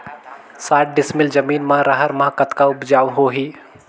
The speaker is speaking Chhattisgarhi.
साठ डिसमिल जमीन म रहर म कतका उपजाऊ होही?